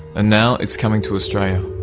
and now it's coming to australia.